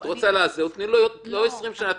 תני לו לא 20 שנה,